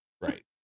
right